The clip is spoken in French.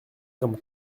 comme